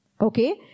Okay